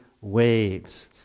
waves